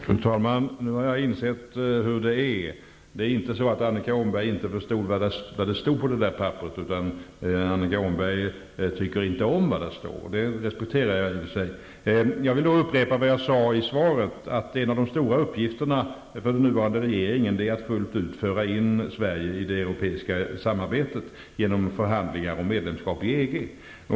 Fru talman! Nu har jag insett hur det är. Det är inte så att Annika Åhnberg inte förstår vad som står i texten, utan hon tycker inte om vad där står. I och för sig respekterar jag det. Jag vill upprepa vad jag sade i svaret, nämligen att en av de stora uppgifterna för den nuvarande regeringen är att fullt ut föra Sverige in i det europeiska samarbetet genom förhandlingar om medlemskap i EG.